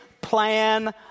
plan